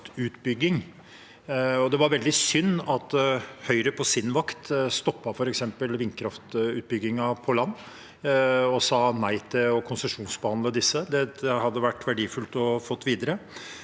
derfor veldig synd at Høyre på sin vakt stoppet f.eks. vindkraftutbyggingen på land og sa nei til å konsesjonsbehandle disse. Det hadde vært verdifullt å få videre.